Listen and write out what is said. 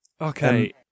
Okay